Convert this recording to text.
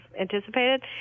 anticipated